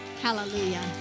Hallelujah